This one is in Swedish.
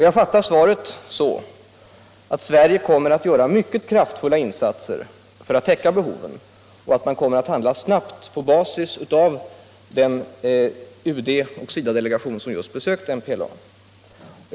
Jag fattar svaret så, att Sverige kommer att göra mycket kraftfulla insatser för att täcka behoven och handla snabbt på basis av vad den UD och SIDA delegation som just besökt MPLA kommit fram till.